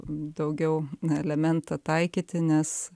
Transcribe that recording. daugiau elementą taikyti nes